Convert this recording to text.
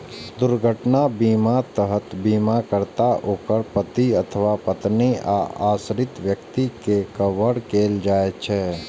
दुर्घटना बीमाक तहत बीमाकर्ता, ओकर पति अथवा पत्नी आ आश्रित व्यक्ति कें कवर कैल जाइ छै